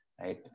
right